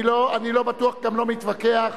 אני לא בטוח, גם לא מתווכח.